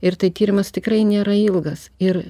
ir tai tyrimas tikrai nėra ilgas ir